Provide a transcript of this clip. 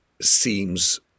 seems